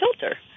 filter